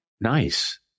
Nice